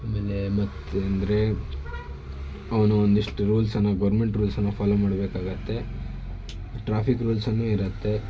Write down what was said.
ಆಮೇಲೆ ಮತ್ತೆಂದರೆ ಅವನು ಒಂದಿಷ್ಟು ರೂಲ್ಸನ್ನು ಗವರ್ಮೆಂಟ್ ರೂಲ್ಸನ್ನು ಫಾಲೋ ಮಾಡ್ಬೇಕಾಗುತ್ತೆ ಟ್ರಾಫಿಕ್ ರೂಲ್ಸ್ನೂ ಇರುರತ್ತೆ